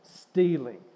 stealing